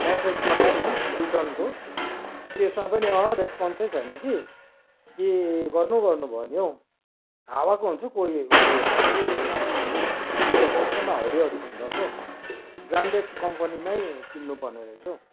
message पठाए पनि रिटर्नको त्यसमा पनि अहँ रेसपन्सै छैन कि के गर्नु गर्नु भयो नि हौ हावाको हुन्छ कोही उयो त यो स्नेपडिलहरू के के त एकदमै हाउडेहरूको हुँदोरहेछ हौ ब्रान्डेड कम्पनीमै किन्नुपर्ने रहेछ हौ